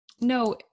No